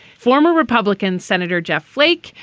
former republican senator jeff flake.